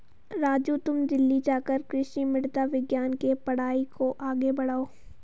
राजू तुम दिल्ली जाकर कृषि मृदा विज्ञान के पढ़ाई को आगे बढ़ाओ